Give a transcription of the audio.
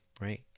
Right